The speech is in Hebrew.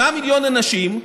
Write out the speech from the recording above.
8 מיליון אנשים.